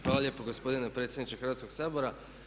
Hvala lijepo gospodine predsjedniče Hrvatskoga sabora.